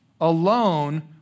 alone